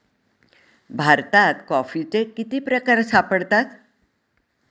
भारतात कॉफीचे किती प्रकार सापडतात?